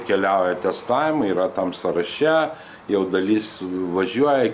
keliauja testavimai yra tam sąraše jau dalis važiuoja